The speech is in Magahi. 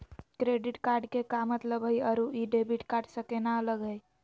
क्रेडिट कार्ड के का मतलब हई अरू ई डेबिट कार्ड स केना अलग हई?